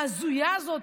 ההזויה הזאת,